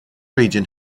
region